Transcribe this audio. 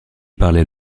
parlait